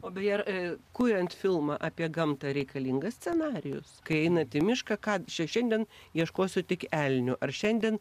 o beje ar kuriant filmą apie gamtą reikalingas scenarijus kai einate į mišką ką šiandien ieškosiu tik elnių ar šiandien